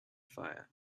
fire